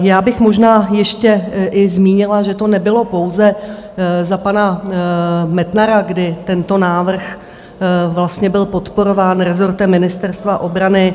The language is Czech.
Já bych možná ještě i zmínila, že to nebylo pouze za pana Metnara, kdy tento návrh byl podporován rezortem Ministerstva obrany.